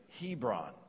Hebron